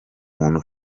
muntu